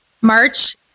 March